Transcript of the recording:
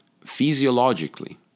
physiologically